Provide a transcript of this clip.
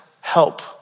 help